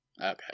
Okay